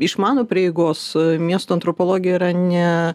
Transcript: iš mano prieigos miesto antropologija yra ne